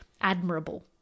admirable